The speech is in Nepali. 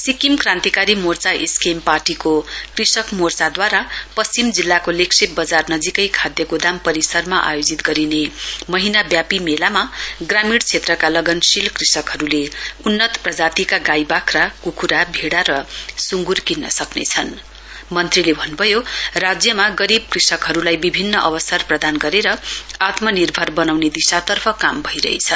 सिक्किम क्रान्तिकारी मोर्चा एसकेएम पार्टीको कृषक मोर्चाद्वारा पश्चिम जिल्लाको लेग्शेप वजार नजीकै खाद्य गोदाम परिसरमा आयोजित गरिने महीनाव्यापी मेलामा ग्रामीण क्षेत्रका लगनशील कृषकहरुले उन्नत प्रजातिका गाई बाख्रा कुखुरा भें मन्त्रीले भन्नुभयो राज्यमा गरीब कृषकहरुलाई विभिन्न अवसर प्रदान गरेर आत्मनिर्भर वनाउने दिशातर्फ काम भइरहेछ